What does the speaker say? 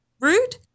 rude